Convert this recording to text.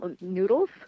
noodles